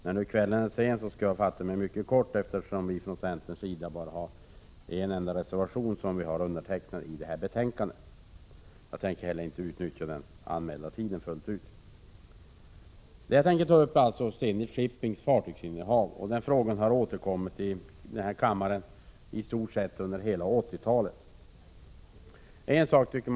När nu kvällen är sen skall jag fatta mig mycket kort, eftersom vi från centerns sida bara har undertecknat en enda reservation i betänkandet. Jag tänker inte heller utnyttja den anmälda tiden fullt ut. Jag kommer främst att ta upp Zenit Shippings fartygsinnehav. Den frågan har återkommit till kammaren under i stort sett hela 80-talet.